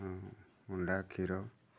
ହଁ ଅଣ୍ଡା କ୍ଷୀର